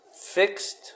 fixed